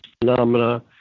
phenomena